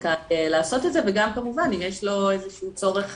זכאי לעשות את זה, וגם כמובן אם יש לו איזשהו צורך